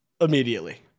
immediately